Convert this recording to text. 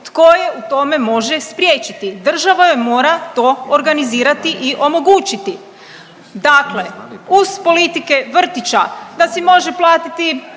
tko ju u tome može spriječiti, država joj morat to organizirati i omogućiti. Dakle, uz politike vrtića da si može platiti